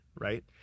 right